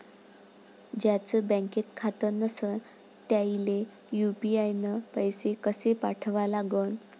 ज्याचं बँकेत खातं नसणं त्याईले यू.पी.आय न पैसे कसे पाठवा लागन?